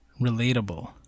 relatable